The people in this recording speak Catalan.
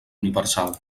universal